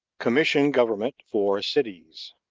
commission government for cities.